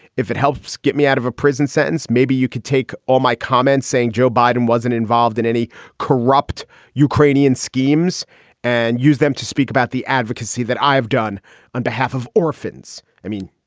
if it helps get me out of a prison sentence, maybe you could take all my comments saying joe biden wasn't involved in any corrupt ukrainian schemes and use them to speak about the advocacy that i've done on behalf of orphans. i mean,